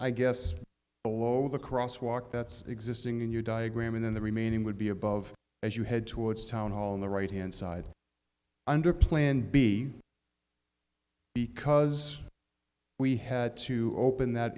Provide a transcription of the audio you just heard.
i guess below the crosswalk that's existing in your diagram and then the remaining would be above as you head towards town hall in the right hand side under plan b because we had to open that